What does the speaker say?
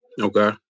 okay